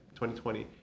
2020